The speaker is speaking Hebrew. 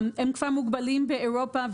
הם כבר מוגבלים באירופה,